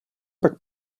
pak